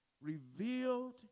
revealed